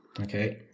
Okay